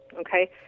Okay